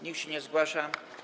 Nikt się nie zgłasza.